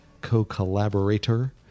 co-collaborator